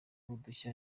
udushya